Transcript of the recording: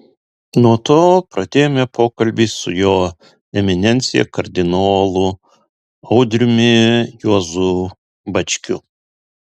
nuo to pradėjome pokalbį su jo eminencija kardinolu audriumi juozu bačkiu